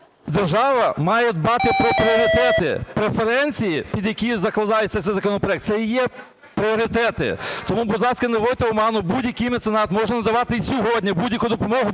Держава має дбати про пріоритети. Преференції, під які закладається цей законопроект, – це і є пріоритети. Тому, будь ласка, не вводьте в оману. Будь-який меценат може надавати і сьогодні будь-яку допомогу